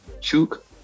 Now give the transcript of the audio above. Chuk